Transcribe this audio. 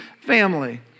family